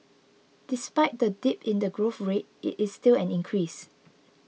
despite the dip in the growth rate it is still an increase